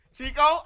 Chico